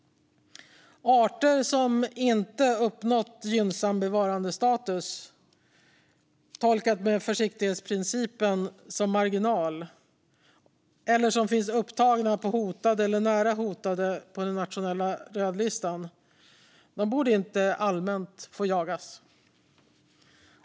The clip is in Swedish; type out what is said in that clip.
Arter som inte uppnått gynnsam bevarandestatus, tolkad med försiktighetsprincipen som marginal, eller som finns upptagna som hotade eller nära hotade på den nationella rödlistan, borde allmänt inte få jagas.